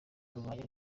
barwanya